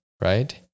right